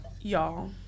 y'all